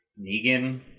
Negan